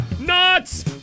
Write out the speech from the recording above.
Nuts